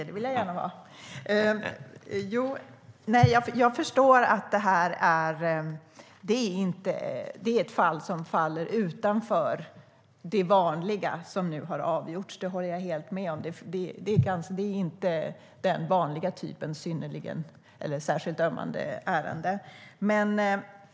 Herr talman! Jag förstår att det är ett fall som faller utanför det vanliga som nu har avgjorts. Det håller jag helt med om. Det är inte den vanliga typen av ärende med särskilt ömmande omständigheter.